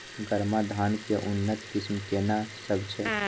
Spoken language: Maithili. गरमा धान के उन्नत किस्म केना सब छै?